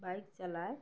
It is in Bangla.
বাইক চালায়